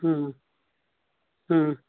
ಹ್ಞೂ ಹ್ಞೂ